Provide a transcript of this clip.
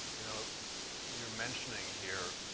you know you're mentioning here